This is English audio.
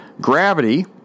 Gravity